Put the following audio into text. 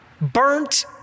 burnt